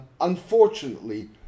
unfortunately